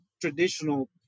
traditional